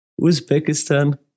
Uzbekistan